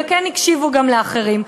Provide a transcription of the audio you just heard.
וכן הקשיבו גם לאחרים,